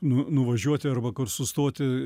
nu nuvažiuoti arba kur sustoti